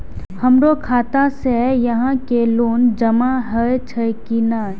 हमरो खाता से यहां के लोन जमा हे छे की ने?